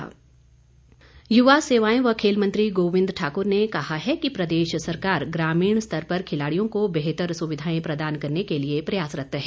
गोविन्द सिंह युवा सेवाएं व खेल मंत्री गोविन्द ठाकुर ने कहा है कि प्रदेश सरकार ग्रामीण स्तर पर खिलाड़ियों को बेहतर सुविधाएं प्रदान करने के लिए प्रयासरत हैं